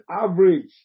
average